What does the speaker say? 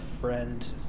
friend